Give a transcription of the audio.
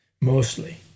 Mostly